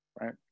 right